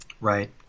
Right